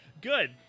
Good